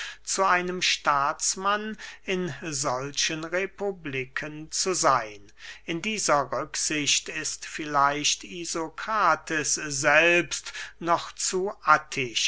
zu einem staatsmann in solchen republiken zu seyn in dieser rücksicht ist vielleicht isokrates selbst noch zu